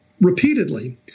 repeatedly